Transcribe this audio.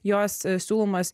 jos siūlomas